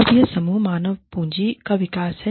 अब यह समूह मानव पूंजी का विकास है